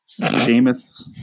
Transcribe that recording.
Seamus